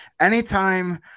anytime